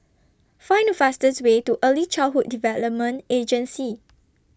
Find The fastest Way to Early Childhood Development Agency